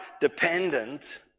dependent